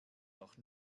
doch